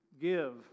give